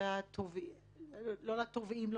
לא לתובעים,